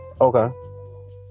Okay